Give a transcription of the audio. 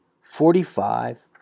forty-five